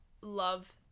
love